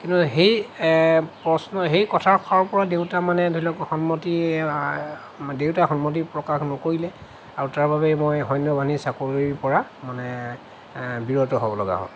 কিন্তু সেই প্ৰশ্ন সেই কথাষাৰৰ পৰা দেউতা মানে ধৰি লওক সন্মতি দেউতাই সন্মতি প্ৰকাশ নকৰিলে আৰু তাৰ বাবে মই সৈন্য বাহিনীৰ চাকৰিৰ পৰা মানে বিৰত হ'ব লগা হ'ল